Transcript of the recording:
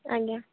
ଆଜ୍ଞା